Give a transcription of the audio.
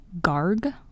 Garg